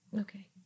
Okay